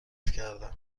کردم